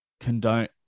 condone